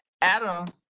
Adam